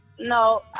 no